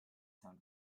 sound